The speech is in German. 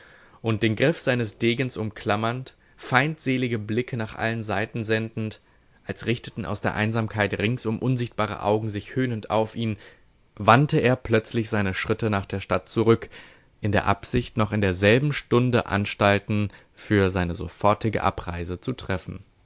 und den griff seines degens umklammernd feindselige blicke nach allen seiten sendend als richteten aus der einsamkeit ringsum unsichtbare augen sich höhnend auf ihn wandte er plötzlich seine schritte nach der stadt zurück in der absicht noch in derselben stunde anstalten für seine sofortige abreise zu treffen